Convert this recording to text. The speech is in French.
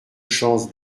chance